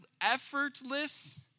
effortless